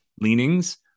leanings